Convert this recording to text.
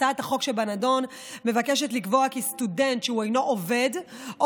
הצעת החוק שבנדון מבקשת לקבוע כי סטודנט שאינו עובד או